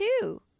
two